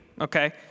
okay